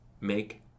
Make